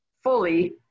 fully